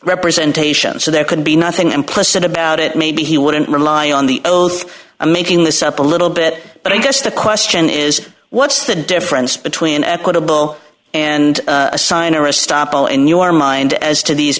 representation so there could be nothing implicit about it maybe he wouldn't rely on the ils i'm making this up a little bit but i guess the question is what's the difference between an equitable and a sign or a stop all in your mind as to these